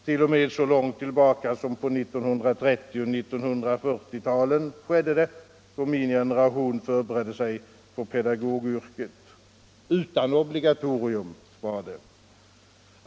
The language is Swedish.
T. o. m. så långt tillbaka som på 1930 och 1940 talen skedde det, då min generation förberedde sig för pedagogyrket — utan obligatorium.